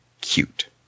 cute